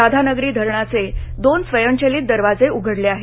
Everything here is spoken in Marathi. राधानगरी धरणाचे दोन स्वयंचलित दरवाजे उघडले आहेत